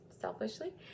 selfishly